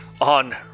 on